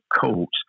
coats